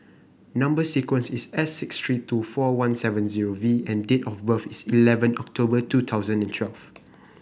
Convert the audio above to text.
number sequence is S six three two four one seven zero V and date of birth is eleven October two thousand and twelve